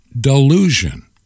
delusion